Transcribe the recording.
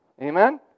Amen